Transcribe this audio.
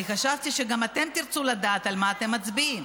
חשבתי שגם אתם תרצו לדעת על מה אתם מצביעים,